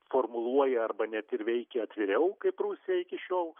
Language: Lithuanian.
formuluoja arba net ir veikia atviriau kaip rusija iki šiol